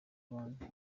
abandi